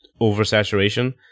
oversaturation